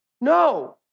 No